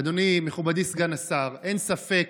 אדוני, מכובדי סגן השר, אין ספק